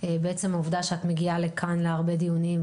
בעצם העובדה שאת מגיעה לכאן להרבה דיונים,